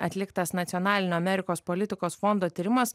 atliktas nacionalinio amerikos politikos fondo tyrimas